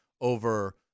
over